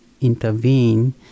intervene